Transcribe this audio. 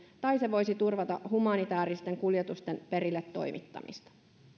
tai se voisi turvata humanitääristen kuljetusten perille toimittamista